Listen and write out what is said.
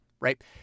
right